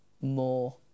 more